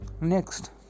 next